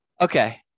Okay